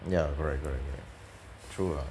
ya correct correct correct true ah